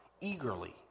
eagerly